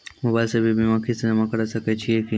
Mobile से भी बीमा के किस्त जमा करै सकैय छियै कि?